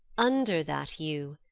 under that yew,